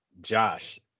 Josh